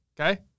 okay